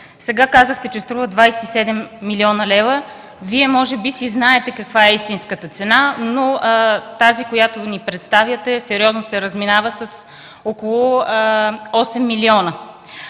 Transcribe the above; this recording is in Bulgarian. сега казахте, че струва 27 млн. лв. Вие може би си знаете каква е истинската цена, но тази, която ни представяте, сериозно се разминава с около 8 милиона.